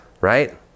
right